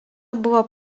buvo